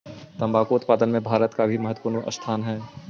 तंबाकू उत्पादन में भारत का भी महत्वपूर्ण स्थान हई